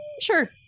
Sure